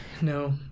No